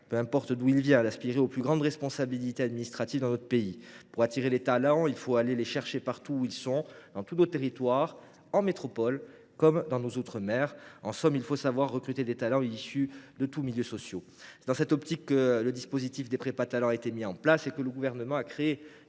peu importe d’où il vient – d’aspirer aux plus grandes responsabilités administratives dans notre pays. Pour attirer les talents, il faut aller les chercher partout où ils sont, dans tous nos territoires, en métropole comme dans nos outre mer. En somme, il faut savoir recruter des talents issus de tous milieux sociaux. C’est dans cette optique que le dispositif des prépas Talents a été mis en place et que le Gouvernement a créé